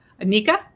Anika